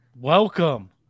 Welcome